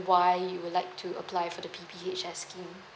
why you would like to apply for the P_P_H scheme